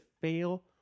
fail